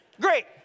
great